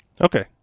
Okay